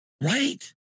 Right